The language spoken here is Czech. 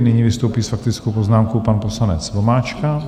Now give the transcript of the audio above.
Nyní vystoupí s faktickou poznámkou pan poslanec Vomáčka.